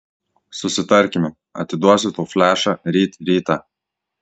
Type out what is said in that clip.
susitarkime atiduosiu tau flešą ryt rytą